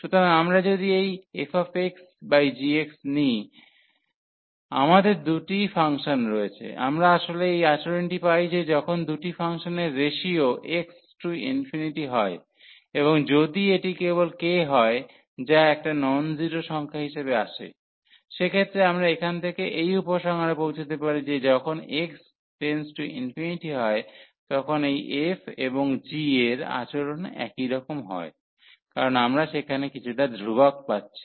সুতরাং আমরা যদি এই fxgx নিই আমাদের দুটি ফাংশন রয়েছে আমরা আসলে এই আচরণটি পাই যে যখন দুটি ফাংশনের রেসিও x → হয় এবং যদি এটি কেবল k হয় যা একটা নন জিরো সংখ্যা হিসাবে আসে সেক্ষেত্রে আমরা এখান থেকে এই উপসংহারে পৌঁছতে পারি যে যখন x → হয় তখন এই f এবং g এর আচরণ একই রকম হয় কারণ আমরা সেখানে কিছুটা ধ্রুবক পাচ্ছি